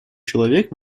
человек